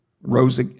rose